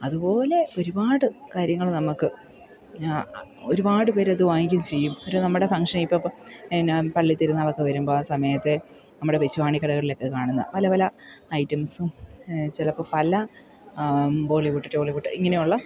അതുപോലെ ഒരുപാട് കാര്യങ്ങൾ നമുക്ക് ഒരുപാട് പേരത് വാങ്ങിക്കും ചെയ്യും എന്നിട്ട് നമ്മുടെ ഫംഗ്ഷനിപ്പോൾ പിന്നെ പള്ളിത്തിരുന്നാളൊക്കെ വരുമ്പോൾ ആ സമയത്ത് നമ്മുടെ വാശ്വാണിക്കടവിലൊക്കെ ഇത് കാണുന്നതാണ് പല പല ഐറ്റംസും ചിലപ്പോൾ പല ബോളിവുഡ് ടോളിവുഡ് ഇങ്ങനെയുള്ള